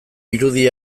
irudi